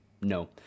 No